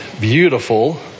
beautiful